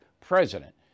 president